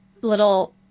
little